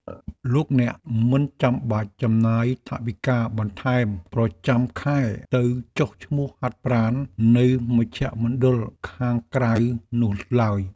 លោកអ្នកមិនចាំបាច់ចំណាយថវិកាបន្ថែមប្រចាំខែទៅចុះឈ្មោះហាត់ប្រាណនៅមជ្ឈមណ្ឌលខាងក្រៅនោះឡើយ។